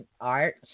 art